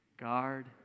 Guard